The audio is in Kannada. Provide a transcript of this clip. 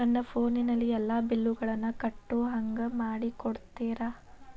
ನನ್ನ ಫೋನಿನಲ್ಲೇ ಎಲ್ಲಾ ಬಿಲ್ಲುಗಳನ್ನೂ ಕಟ್ಟೋ ಹಂಗ ಮಾಡಿಕೊಡ್ತೇರಾ?